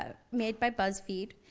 ah made by buzzfeed,